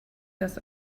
das